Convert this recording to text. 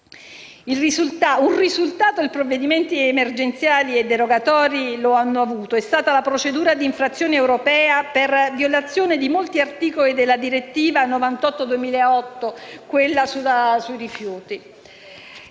Un risultato i provvedimenti emergenziali e derogatori lo hanno avuto: è stata la procedura d'infrazione europea per violazione di molti articoli della direttiva n. 98 del 2008 sui rifiuti.